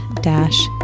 dash